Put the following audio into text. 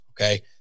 Okay